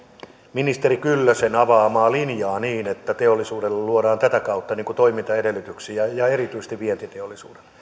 ministeri kyllösen avaamaa linjaa niin että teollisuudelle luodaan tätä kautta toimintaedellytyksiä ja erityisesti vientiteollisuudelle